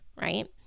Right